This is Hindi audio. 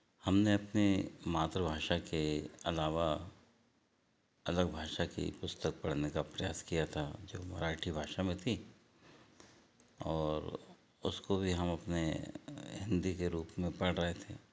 हमने अपनी मातृभाषा के अलावा अलग भाषा की पुस्तक पढ़ने का प्रयास किया था जो मराठी भाषा में थी और उसको भी हम अपने हिंदी के रूप में पढ़ रहे थे